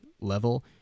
level